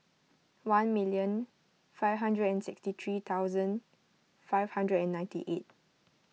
one million five hundred and sixty three thousand five hundred and ninety eight